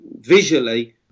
visually